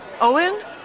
Owen